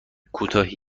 کوتاهی